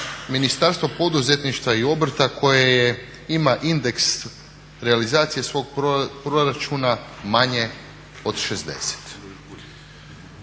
Ministarstvo poduzetništva i obrta koje ima indeks realizacije svog proračuna manje od 60.